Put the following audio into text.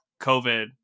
COVID